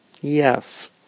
Yes